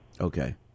Okay